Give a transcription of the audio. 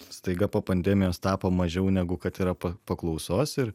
staiga po pandemijos tapo mažiau negu kad yra pa paklausos ir